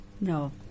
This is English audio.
No